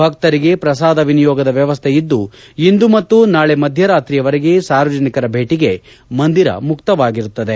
ಭಕ್ತರಿಗೆ ಪ್ರಸಾದ ವಿನಿಯೋಗದ ವ್ಯವಸ್ಥೆ ಇದ್ದು ಇಂದು ಮತ್ತು ನಾಳೆ ಮಧ್ಯ ರಾತ್ರಿವರೆಗೆ ಸಾರ್ವಜನಿಕರ ಭೇಟಿಗೆ ಮಂದಿರ ಮುಕ್ತವಾಗಿರುತ್ತದೆ